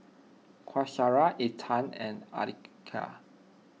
Qaisara Intan and Aqilah